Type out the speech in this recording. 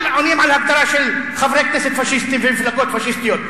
הם עונים על הגדרה של חברי כנסת פאשיסטים ומפלגות פאשיסטיות,